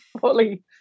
fully